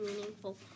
meaningful